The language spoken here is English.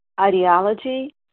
ideology